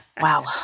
Wow